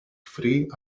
free